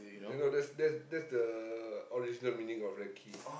then no that's that's that's the original meaning of recce